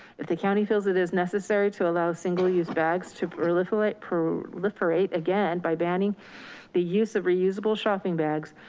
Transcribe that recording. if the county feels it is necessary to allow single use bags to proliferate proliferate again, by banning the use of reusable shopping bags,